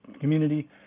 community